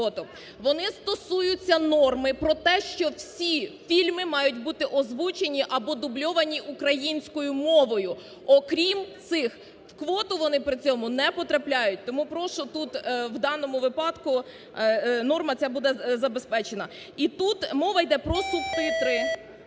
Вони стосуються норми про те, що всі фільми мають бути озвучені або дубльовані українською мовою, окрім цих, в квоту вони при цьому не потрапляють. Тому прошу тут в даному випадку норма ця буде забезпечена. І тут мова йде про субтитри,